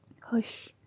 Hush